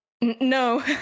No